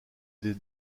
des